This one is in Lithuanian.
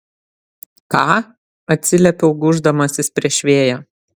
ką atsiliepiau gūždamasis prieš vėją